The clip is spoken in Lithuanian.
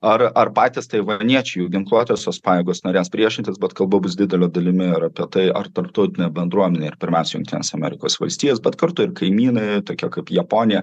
ar ar patys taivaniečiai jų ginkluotosios pajėgos norės priešintis bet kalba bus didele dalimi ar apie tai ar tarptautinė bendruomenė ir pirmiausiai jungtinės amerikos valstijos bet kartu ir kaimynai tokia kaip japonija